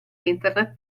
internet